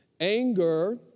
Anger